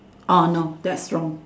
oh no that's wrong